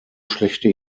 schlechte